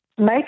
Make